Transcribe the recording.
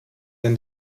can